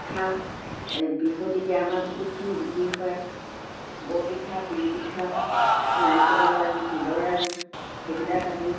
পিঠা বিহুত এতিয়া আমাৰ বহুতখিনি বিক্ৰী হয় বৰপিঠা তিলপিঠা নাৰিকলৰ লাৰু তিলৰ লাৰু সেইবিলাক আমি